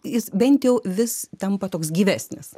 jis bent jau vis tampa toks gyvesnis